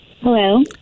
Hello